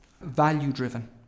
value-driven